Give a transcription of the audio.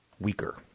weaker